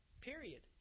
Period